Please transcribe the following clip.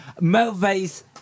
movies